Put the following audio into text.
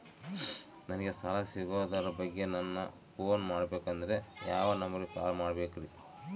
ನಂಗೆ ಸಾಲ ಸಿಗೋದರ ಬಗ್ಗೆ ನನ್ನ ಪೋನ್ ಮಾಡಬೇಕಂದರೆ ಯಾವ ನಂಬರಿಗೆ ಕಾಲ್ ಮಾಡಬೇಕ್ರಿ?